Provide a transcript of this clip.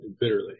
bitterly